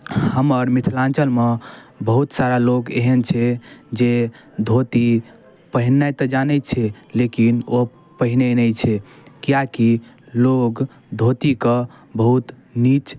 हमर मिथिलाञ्चलमे बहुत सारा लोक एहन छै जे धोती पहिरनाइ तऽ जानै छै लेकिन ओ पहिरै नहि छै किएकि लोक धोतीके बहुत नीच